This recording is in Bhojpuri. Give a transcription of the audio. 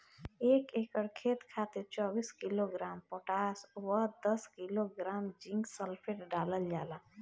एक एकड़ खेत खातिर चौबीस किलोग्राम पोटाश व दस किलोग्राम जिंक सल्फेट डालल जाला?